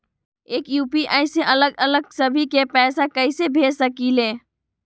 एक यू.पी.आई से अलग अलग सभी के पैसा कईसे भेज सकीले?